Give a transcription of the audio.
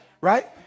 right